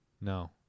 No